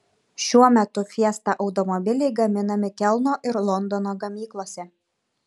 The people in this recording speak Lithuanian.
šiuo metu fiesta automobiliai gaminami kelno ir londono gamyklose